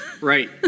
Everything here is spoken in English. Right